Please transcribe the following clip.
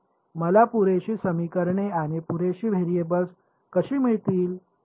मला पुरेशी समीकरणे आणि पुरेशी व्हेरिएबल्स कशी मिळतील